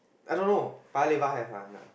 I don't know Paya-Lebar have one ah